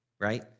right